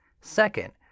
Second